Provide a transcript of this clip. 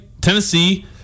Tennessee